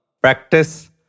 practice